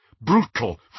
brutal